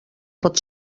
pot